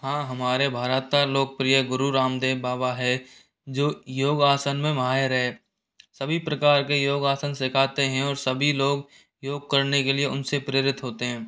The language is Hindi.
हाँ हमारे भारत का लोकप्रिय गुरु रामदेव बाबा है जो योगासन में माहिर है सभी प्रकार के योगासन सीखाते हैं और सभी लोग योग करने के लिए उन से प्रेरित होते हैं